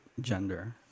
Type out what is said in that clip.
gender